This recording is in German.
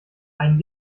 einen